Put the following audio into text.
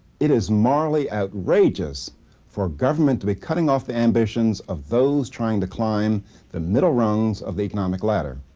it is morally outrageous for government to be cutting off the ambitions of those trying to climb the middle rungs of the economic ladder,